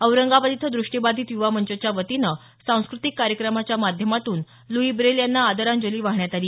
औरंगाबाद इथं दृष्टिबाधित युवा मंचच्या वतीने सांस्कृतिक कार्यक्रमाच्या माध्यमातून ल्ई ब्रेल यांना आदरांजली वाहण्यात आली